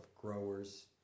growers